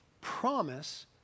promise